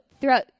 throughout